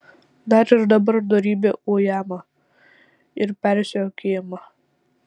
dar ir dabar dorybė ujama ir persekiojama